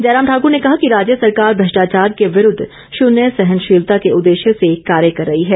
जयराम ठाकुर ने कहा कि राज्य सरकार भ्रष्टाचार के विरूद्व शून्य सहनशीलता के उद्देश्य से कार्य कर रही है